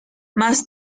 más